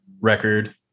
record